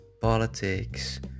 politics